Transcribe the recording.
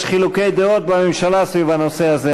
יש חילוקי דעות בממשלה סביב הנושא הזה.